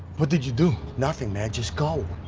what did you do? nothing, man. just go.